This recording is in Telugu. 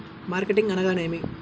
మార్కెటింగ్ అనగానేమి?